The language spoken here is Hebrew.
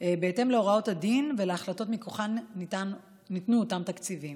בהתאם להוראות הדין ולהחלטות שמכוחן ניתנו אותם התקציבים.